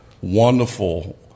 wonderful